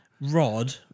rod